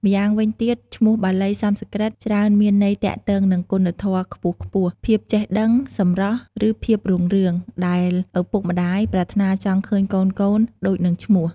ម្យ៉ាងវិញទៀត ឈ្មោះបាលីសំស្រ្កឹតច្រើនមានន័យទាក់ទងនឹងគុណធម៌ខ្ពស់ៗ ភាពចេះដឹង សម្រស់ ឬភាពរុងរឿង ដែលឪពុកម្ដាយប្រាថ្នាចង់ឃើញកូនៗដូចនឹងឈ្មោះ។